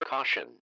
Caution